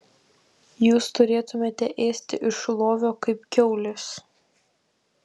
jūs turėtumėte ėsti iš lovio kaip kiaulės